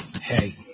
Hey